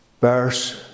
Verse